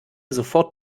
sofort